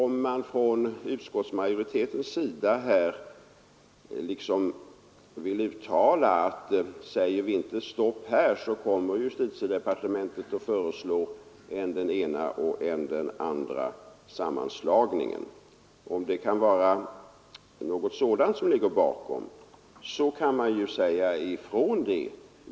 Men utskottsmajoriteten menar kanske här att om man inte nu sätter ett stopp, kommer justitiedepartementet att föreslå än den ena än den andra sammanslagningen. Om något sådant ligger bakom utskottets förslag så kan man ju säga ifrån detta.